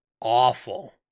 awful